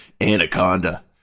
Anaconda